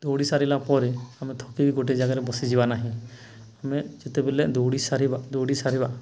ଦୌଡ଼ି ସାରିଲା ପରେ ଆମେ ଥକିକି ଗୋଟେ ଜାଗାରେ ବସିଯିବା ନାହିଁ ଆମେ ଯେତେବେଳେ ଦୌଡ଼ି ସାରିବା ଦୌଡ଼ି ସାରିବା